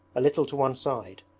a little to one side,